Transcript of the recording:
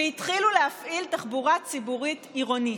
התחילו להפעיל תחבורה ציבורית עירונית.